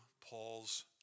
Paul's